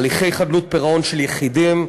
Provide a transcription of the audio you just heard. הליכי חדלות פירעון של יחידים,